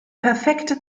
perfekte